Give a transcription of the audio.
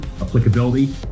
applicability